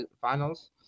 Finals